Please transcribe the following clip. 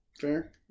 Fair